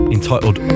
Entitled